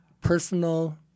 personal